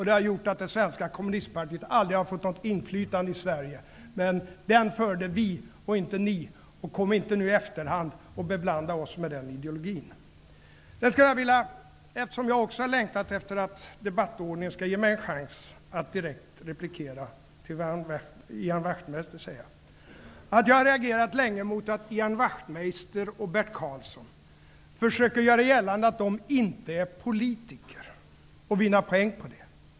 Det har gjort att det svenska kommunistpartiet aldrig har fått något inflytande i Sverige. Men den kampen förde vi, inte ni. Kom inte nu i efterhand och beblanda oss med den ideologin. Jag har också längtat efter att debattordningen skall ge mig en chans att direkt replikera på Ian Wachtmeister. Jag har reagerat länge mot att Ian Wachtmeister och Bert Karlsson försöker göra gällande att de inte är politiker och vinna poäng på det.